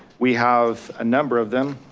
we have a number of them.